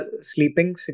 sleeping